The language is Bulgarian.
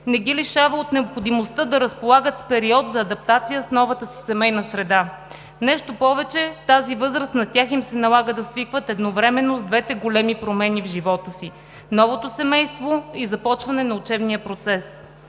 не ги лишава от необходимостта да разполагат с период за адаптация с новата си семейна среда. Нещо повече, в тази възраст на тях им се налага да свикват едновременно с двете големи промени в живота си – новото семейство и започване на учебния процес.